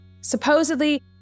Supposedly